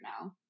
now